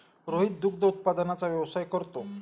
रोहित दुग्ध उत्पादनाचा व्यवसाय करतो